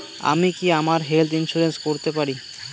আমি কি আমার হেলথ ইন্সুরেন্স করতে পারি?